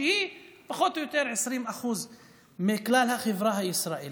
שהיא פחות או יותר 20% מכלל החברה הישראלית,